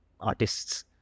artists